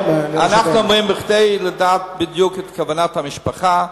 אומרים: כדי לדעת בדיוק את כוונת המשפחה,